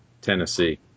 Tennessee